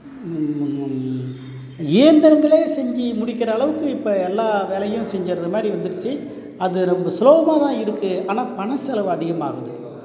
இயந்திரங்களே செஞ்சு முடிக்கிற அளவுக்கு இப்போ எல்லா வேலையும் செஞ்சிடுறது மாதிரி வந்துடுச்சு அது ரொம்ப சுலபமாக தான் இருக்குது ஆனால் பண செலவு அதிகமாகுது